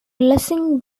lessing